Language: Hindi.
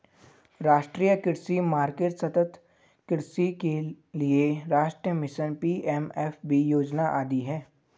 राष्ट्रीय कृषि मार्केट, सतत् कृषि के लिए राष्ट्रीय मिशन, पी.एम.एफ.बी योजना आदि है